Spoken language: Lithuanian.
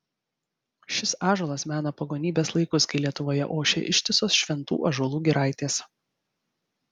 šis ąžuolas mena pagonybės laikus kai lietuvoje ošė ištisos šventų ąžuolų giraitės